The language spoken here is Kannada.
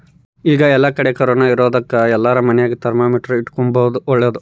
ಈಗ ಏಲ್ಲಕಡಿಗೆ ಕೊರೊನ ಇರೊದಕ ಎಲ್ಲಾರ ಮನೆಗ ಥರ್ಮಾಮೀಟರ್ ಇಟ್ಟುಕೊಂಬದು ಓಳ್ಳದು